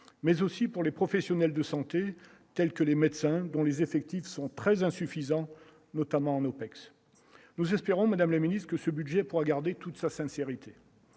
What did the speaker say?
mais aussi pour les professionnels de santé, tels que les médecins dont les effectifs sont très insuffisants, notamment en OPEX, nous espérons, Madame la Ministre, que ce budget pourra garder toute sa sincérité,